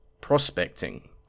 prospecting